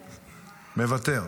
מוותר,